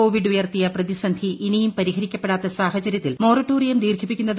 Covid ഉയർത്തിയ പ്രതിസന്ധി ഇനിയും പരിഹരിക്കപ്പെടാത്ത സാഹചര്യത്തിൽ മൊറട്ടോറിയം ദീർഘിപ്പിക്കുന്നത്